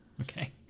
Okay